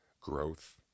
growth